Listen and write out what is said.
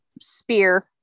spear